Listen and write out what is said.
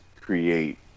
create